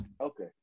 Okay